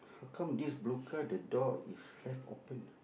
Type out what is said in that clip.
how come this blue car the door is left open ah